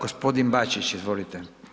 Gospodin Bačić, izvolite.